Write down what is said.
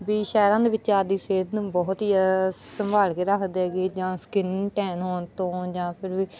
ਵੀ ਸ਼ਹਿਰਾਂ ਦੇ ਵਿੱਚ ਆਪਦੀ ਸਿਹਤ ਨੂੰ ਬਹੁਤ ਹੀ ਜ਼ਿਆਦਾ ਸੰਭਾਲ ਕੇ ਰੱਖਦੇ ਹੈਗੇ ਜਾਂ ਸਕਿਨ ਟਾਈਨ ਹੋਣ ਤੋਂ ਜਾਂ ਫਿਰ ਵੀ